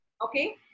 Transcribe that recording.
Okay